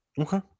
Okay